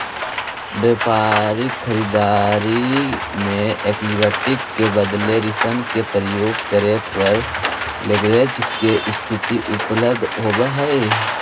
व्यापारिक खरीददारी में इक्विटी के बदले ऋण के प्रयोग करे पर लेवरेज के स्थिति उत्पन्न होवऽ हई